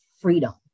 freedom